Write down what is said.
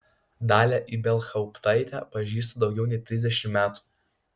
dalią ibelhauptaitę pažįstu daugiau nei trisdešimt metų